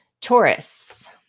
Taurus